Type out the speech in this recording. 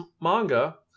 manga